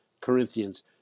Corinthians